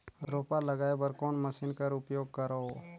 रोपा लगाय बर कोन मशीन कर उपयोग करव?